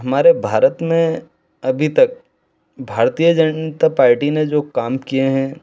हमारे भारत में अभी तक भारतीय जनता पार्टी ने जो काम किये हैं